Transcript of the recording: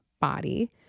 body